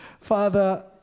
Father